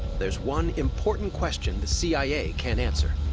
there's one important question the cia can't answer.